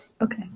Okay